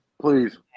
Please